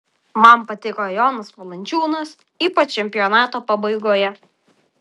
man patiko jonas valančiūnas ypač čempionato pabaigoje